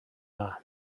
dda